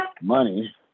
Money